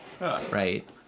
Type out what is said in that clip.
right